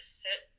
sit